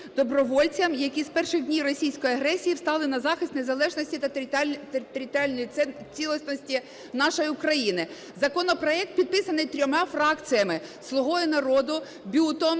добровольцям, які з перших днів російської агресії стали на захист незалежності та територіальної цілісності нашої України. Законопроект підписаний трьома фракціями: "Слугою народу", БЮТом,